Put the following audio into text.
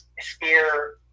fear